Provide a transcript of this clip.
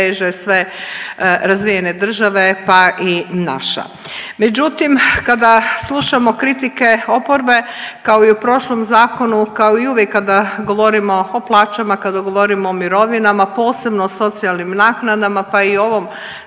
sve razvijene države pa i naša. Međutim, kada slušamo kritike oporbe kao i u prošlom zakonu, kao i uvijek kada govorimo o plaćama, kada govorimo o mirovinama, posebno socijalnim naknadama pa i o ovom